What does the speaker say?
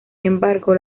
embargo